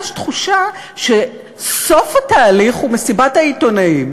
יש תחושה שסוף התהליך הוא מסיבת העיתונאים